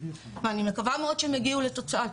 ואני מקווה מאוד שהם הגיעו לתוצאה.